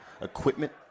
equipment